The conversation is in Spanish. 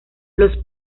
los